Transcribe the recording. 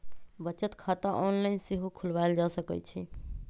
बचत खता ऑनलाइन सेहो खोलवायल जा सकइ छइ